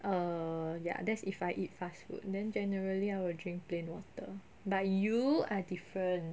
err ya that's if I eat fast food then generally I will drink plain water but you are different